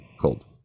cold